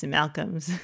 Malcolms